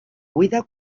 buida